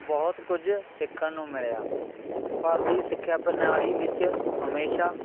ਬਹੁਤ ਕੁਝ ਸਿੱਖਣ ਨੂੰ ਮਿਲਿਆ ਭਾਰਤ ਦੀ ਸਿੱਖਿਆ ਪ੍ਰਣਾਲੀ ਵਿੱਚ ਹਮੇਸ਼ਾ